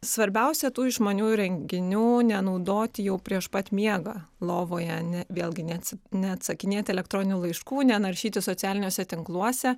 svarbiausia tų išmanių įrenginių nenaudoti jau prieš pat miegą lovoje ane vėlgi neatsakinėti elektroninių laiškų nenaršyti socialiniuose tinkluose